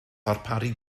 ddarparu